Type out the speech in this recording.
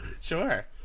sure